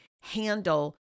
handle